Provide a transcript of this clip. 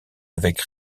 avec